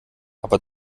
aber